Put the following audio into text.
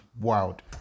wild